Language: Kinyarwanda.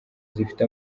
zifite